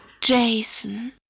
Jason